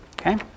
Okay